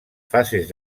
fases